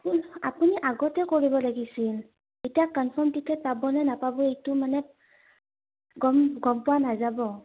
আপুনি আগতে কৰিব লাগিছিল এতিয়া কনফাৰ্ম টিকেট পাবনে নাপাব এইটো মানে গম গম পোৱা নাযাব